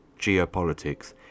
geopolitics